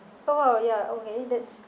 oh ya okay that's